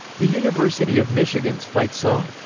the university of michigan's fight song,